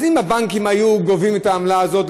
אז אם הבנקים היו גובים את העמלה הזאת,